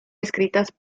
escritas